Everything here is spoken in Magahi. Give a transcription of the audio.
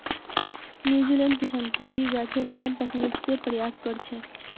न्यूजीलैंडेर किसान कीवी गाछेर नया तकनीक स प्रसार कर छेक